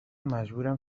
مجبورم